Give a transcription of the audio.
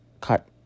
cut